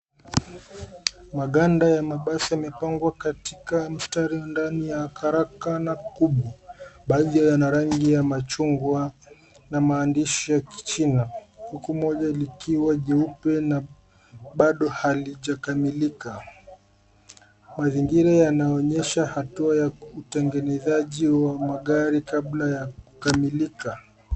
Maganda ya mabasi yamepangwa katika mstari ndani ya karakana kubwa. Baadhi yana rangi ya machungwa na maandishi ya kichina, huku moja likiwa jeupe na bado halijakamilika. Mazingira yanaonyesha hatua ya utengenezaji wa magari kabla ya kukamilika.